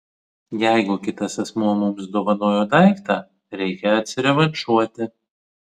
jeigu kitas asmuo mums dovanojo daiktą reikia atsirevanšuoti